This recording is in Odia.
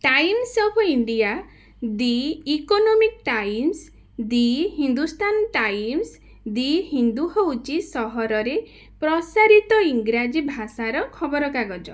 Times of India the Economic Times the Hindustan Times the Hindu ହଉଛି ସହରରେ ପ୍ରସାରିତ ଇଂରାଜୀ ଭାଷାର ଖବରକାଗଜ